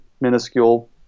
minuscule